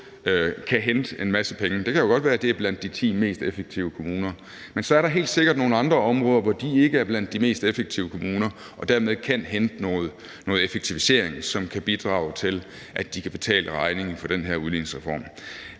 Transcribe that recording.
kan hente en masse penge, for det kan godt være, at det er blandt de 10 mest effektive kommuner, men så er der helt sikkert nogle andre områder, hvor de ikke er blandt de mest effektive kommuner og dermed kan hente noget effektivisering, som kan bidrage til, at de kan betale regningen for den her udligningsreform.